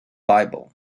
bible